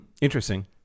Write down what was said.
Interesting